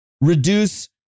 reduce